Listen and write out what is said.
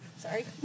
Sorry